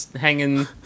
Hanging